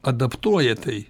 adaptuoja tai